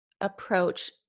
approach